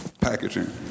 packaging